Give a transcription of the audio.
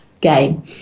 game